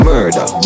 Murder